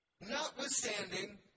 Notwithstanding